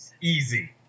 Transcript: Easy